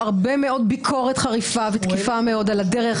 הרבה מאוד ביקורת חריפה ותקיפה מאוד על הדרך